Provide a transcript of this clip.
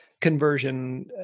conversion